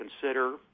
consider